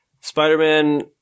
Spider-Man